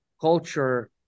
culture